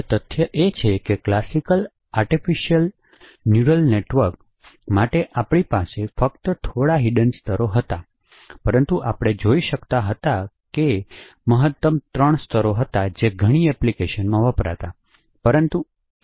હવે તથ્ય એ છે કે ક્લાસિકલ આર્ટિફિસિયલ ન્યુરલ નેટવર્ક માટે આપણી પાસે ફક્ત થોડા હિડ્ન સ્તરો હતા પરંતુ આપણે જોઈ શકતા હતા કે મહત્તમ ત્રણ સ્તરો હતા જે ઘણી એપ્લિકેશનોમાં વપરાતા